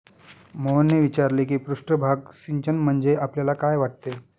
मोहनने विचारले की पृष्ठभाग सिंचन म्हणजे आपल्याला काय वाटते?